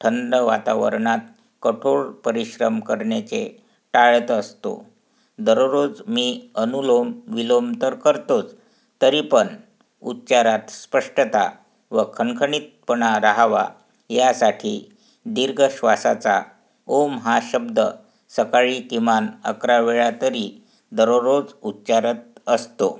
थंड वातावरणात कठोर परिश्रम करण्याचे टाळत असतो दररोज मी अनुलोम विलोम तर करतोच तरी पण उच्चारात स्पष्टता व खणखणीतपणा रहावा यासाठी दीर्घ श्वासाचा ओम् हा शब्द सकाळी किमान अकरा वेळा तरी दररोज उच्चारत असतो